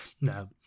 No